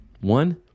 One